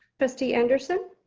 trustee anderson.